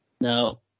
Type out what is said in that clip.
No